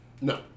No